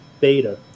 Beta